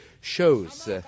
shows